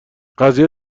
قضیه